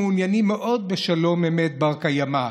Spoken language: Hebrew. מעוניינים מאוד בשלום אמת בר-קיימא,